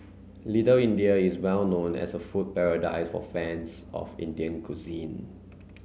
Little India is well known as a food paradise for fans of Indian cuisine